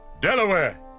Delaware